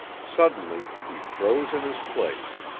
suddenly he froze in his place.